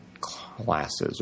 classes